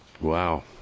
Wow